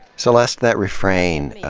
celeste, that refrain,